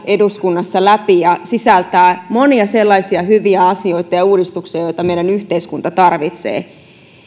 eduskunnassa läpi ja sisältää monia sellaisia hyviä asioita ja ja uudistuksia joita meidän yhteiskunta tarvitsee